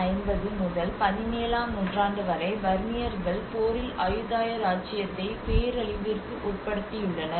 1350 முதல் 17 ஆம் நூற்றாண்டு வரை பர்மியர்கள் போரில் அயுதாய இராச்சியத்தை பேரழிவிற்கு உட்படுத்தியுள்ளனர்